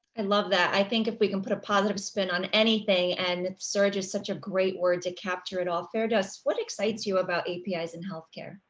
and love that. i think if we can put a positive spin on anything and surge is such a great word to capture it all fair does what excites you about api's and healthcare.